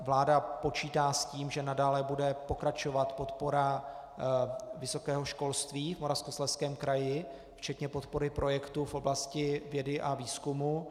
Vláda počítá s tím, že nadále bude pokračovat podpora vysokého školství v Moravskoslezském kraji, včetně podpory projektů v oblasti vědy a výzkumu.